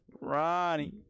Ronnie